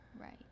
Right